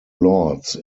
lords